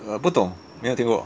err 不懂没有听过